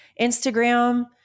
Instagram